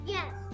Yes